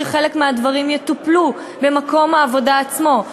שחלק מהדברים יטופלו במקום העבודה עצמו,